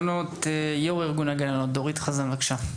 יו"ר ארגון הגננות, דורית חזן, בבקשה.